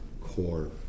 core